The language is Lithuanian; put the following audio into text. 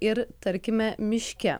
ir tarkime miške